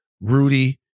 Rudy